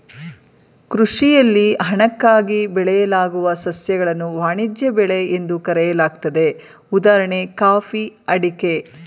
ಕೃಷಿಯಲ್ಲಿ ಹಣಕ್ಕಾಗಿ ಬೆಳೆಯಲಾಗುವ ಸಸ್ಯಗಳನ್ನು ವಾಣಿಜ್ಯ ಬೆಳೆ ಎಂದು ಕರೆಯಲಾಗ್ತದೆ ಉದಾಹಣೆ ಕಾಫಿ ಅಡಿಕೆ